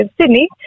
Sydney